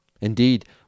Indeed